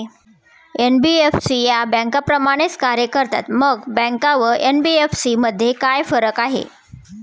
NBFC या बँकांप्रमाणेच कार्य करतात, मग बँका व एन.बी.एफ.सी मध्ये काय फरक आहे?